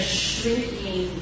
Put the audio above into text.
shrinking